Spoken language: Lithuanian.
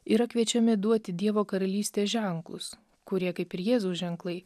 yra kviečiami duoti dievo karalystės ženklus kurie kaip ir jėzaus ženklai